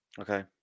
Okay